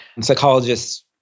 psychologists